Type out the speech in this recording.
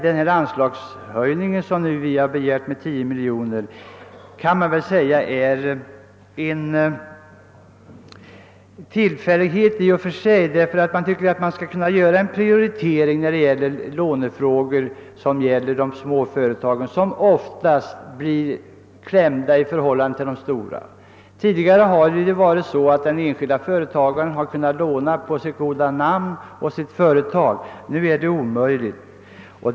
Den anslagshöjning med 10 miljoner kronor som vi har begärt kan sägas vara av tillfällig natur. En prioritering borde kunna göras i fråga om lån till småföretag, som oftast blir klämda i förhållande tili de stora företagen. Tidigare har en enskild företagare kunnat låna på sitt och företagets goda namn; nu är detta omöjligt.